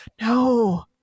no